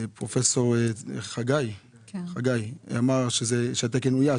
שפרופסור חגי אמר שהתקן אויש,